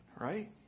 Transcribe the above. right